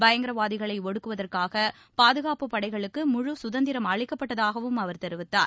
பயங்கரவாதிகளை ஒடுக்குவதற்காக பாதுகாப்பு படைகளுக்கு முழு சுதநிதரம் அளிக்கப்பட்டதாகவும் அவர் தெரிவித்தார்